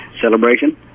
celebration